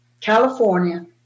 California